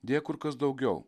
deja kur kas daugiau